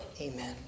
Amen